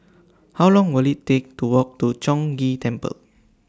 How Long Will IT Take to Walk to Chong Ghee Temple